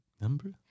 Number